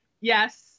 yes